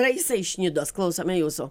raisa iš nidos klausome jūsų